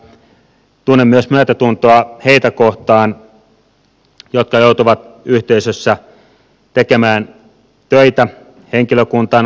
tunnen myötätuntoa myös niitä kohtaan jotka joutuvat yhteisössä tekemään töitä henkilökuntana